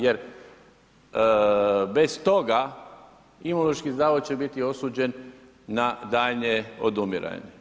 Jer bez toga Imunološki zavod će biti osuđen na daljnje odumiranje.